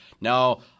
Now